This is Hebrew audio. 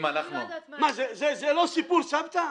זה לא סיפור סבתא?